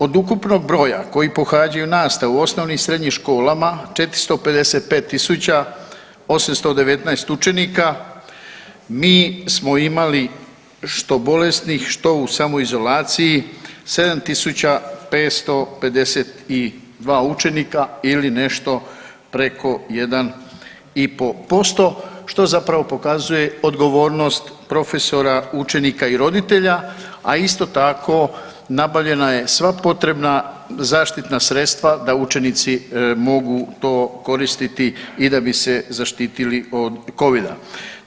Od ukupnog broja koji pohađaju nastavu u osnovnim i srednjim školama 455 tisuća 819 učenika mi smo imali što bolesnih, što u samoizolaciji 7 tisuća 552 učenika ili nešto preko 1,5% što zapravo pokazuje odgovornost profesora, učenika i roditelja, a isto tako nabavljena je sva potrebna zaštitna sredstva da učenici mogu to koristiti i da bi se zaštitili od Covid-a.